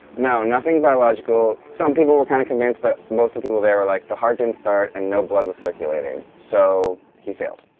no, nothing biological. some people were kind of convinced, but most of the people there were like, the heart didn't start and no blood was circulating. so, he failed.